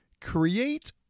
Create